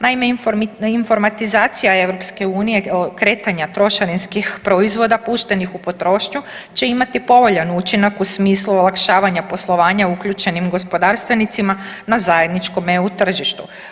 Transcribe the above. Naime, informatizacija EU, kretanja trošarinskih proizvoda puštenih u potrošnju će imati povoljan učinak u smislu olakšavanja poslovanja uključenim gospodarstvenicima na zajedničkom EU tržištu.